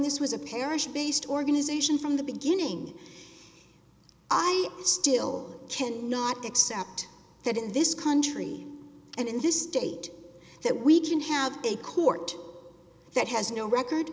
this was a parish based organization from the beginning i still can not accept that in this country and in this state that we can have a court that has no record